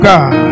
God